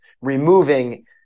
removing